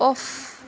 off